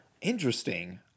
interesting